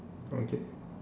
okay